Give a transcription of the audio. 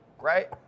right